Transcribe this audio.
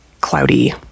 cloudy